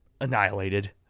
annihilated